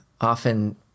often